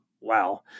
wow